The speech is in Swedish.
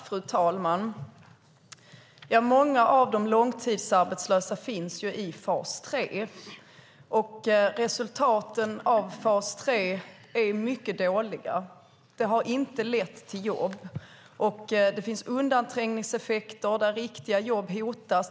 Fru talman! Många av de långtidsarbetslösa finns i fas 3. Resultaten av fas 3 är mycket dåliga. Det har inte lett till jobb, och det finns undanträngningseffekter där riktiga jobb hotas.